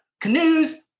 canoes